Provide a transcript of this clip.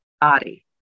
body